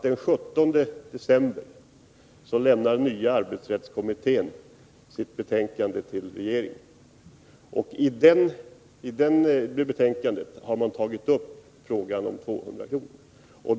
Den 17 december lämnar nya arbetsrättskommittén sitt betänkande till regeringen. I det betänkandet har kommittén tagit upp frågan om de 200 kronorna.